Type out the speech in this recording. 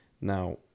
Now